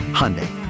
Hyundai